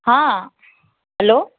हा हलो